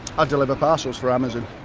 i deliver parcels for amazon.